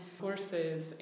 horses